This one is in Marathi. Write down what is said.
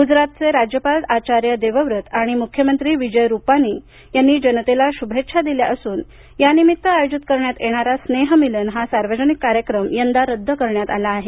गुजरातचे राज्यपाल आचार्य देवव्रत आणि मुख्यमंत्री विजय रूपानी यांनी जनतेला शुभेच्छा दिल्या असून यानिमित्त आयोजित करण्यात येणारा स्नेहमिलन हा सार्वजनिक कार्यक्रम यंदा रद्द करण्यात आला आहे